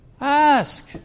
Ask